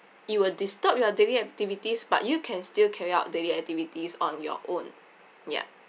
it will disturb your daily activities but you can still carry out daily activities on your own ya